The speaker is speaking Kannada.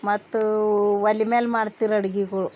ಮತ್ತು ಒಲೆ ಮೇಲೆ ಮಾಡ್ತೀರು ಅಡ್ಗೆಗಳು